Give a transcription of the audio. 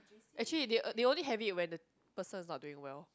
actually they only have it when the person is not doing well